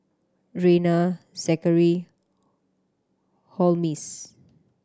Reyna Zachary Holmes